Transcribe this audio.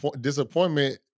disappointment